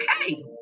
okay